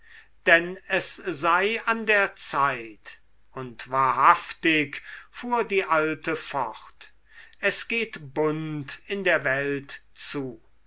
denn es sei an der zeit und wahrhaftig fuhr die alte fort es geht bunt in der welt zu